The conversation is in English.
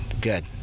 good